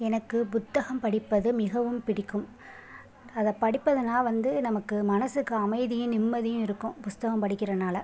எனக்கு புத்தகம் படிப்பது மிகவும் பிடிக்கும் அதை படிப்பதனால் வந்து நமக்கு மனதுக்கு அமைதியும் நிம்மதியும் இருக்கும் புத்தகம் படிக்கிறதினால